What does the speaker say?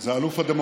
זה אלוף הדמוקרטיה?